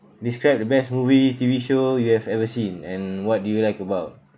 describe the best movie T_V show you have ever seen and what do you like about